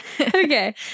Okay